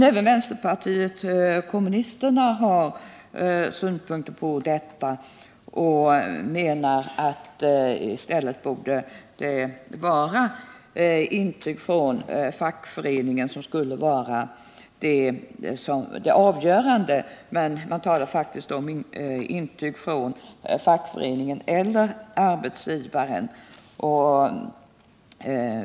Även vänsterpartiet kommunisterna har synpunkter på detta och menar att intyg från fackföreningen borde vara avgörande, men man talar faktiskt om intyg från fackföreningen eller arbetsgivaren.